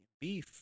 beef